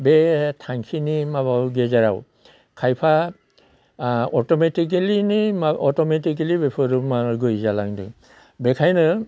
बे थांखिनि माबायाव गेजेराव खायफा अटमेटिकेलिनि अटमेटिकेलि बेफोरो माबा गैयै जालांदों बेखायनो